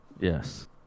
Yes